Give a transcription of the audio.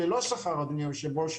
ללא שכר אדוני היושב ראש,